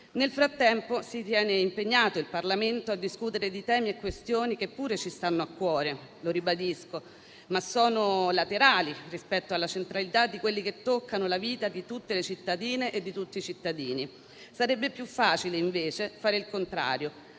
Nel frattempo si tiene impegnato il Parlamento a discutere di temi e questioni che pure ci stanno a cuore - lo ribadisco - ma sono laterali rispetto alla centralità di quelli che toccano la vita di tutte le cittadine e di tutti i cittadini. Sarebbe più facile, invece, fare il contrario: